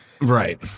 Right